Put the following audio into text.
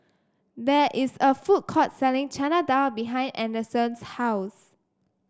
there is a food court selling Chana Dal behind Anderson's house